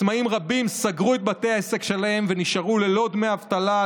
עצמאים רבים סגרו את בתי העסק שלהם ונשארו ללא דמי אבטלה,